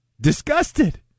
disgusted